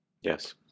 Yes